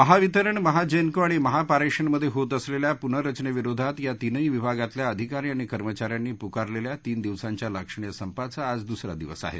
महावितरण महाजेनको आणि महापारेषण मध्ये होत असलेल्या पुनर्रचनेविरोधात या तीनही विभागातल्या अधिकारी आणि कर्मचा यांनी पुकारलेल्या तीन दिवसाच्या लाक्षणिक संपाचा आज द्सरा दिवस आहे